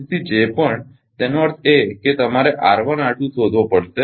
તેથી જે પણ એનો અર્થ છે કે તમારે R1 R2 શોધવો પડશે